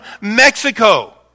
Mexico